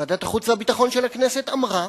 ועדת החוץ והביטחון של הכנסת אמרה,